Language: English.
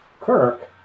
Kirk